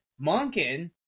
Monken